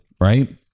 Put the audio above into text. right